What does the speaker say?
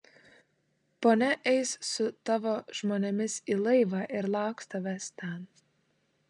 ponia eis su tavo žmonėmis į laivą ir lauks tavęs ten